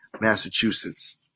Massachusetts